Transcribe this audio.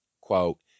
quote